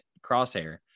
Crosshair